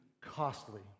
costly